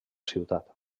ciutat